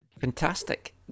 Fantastic